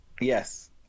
Yes